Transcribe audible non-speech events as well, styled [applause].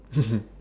[laughs]